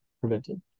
prevented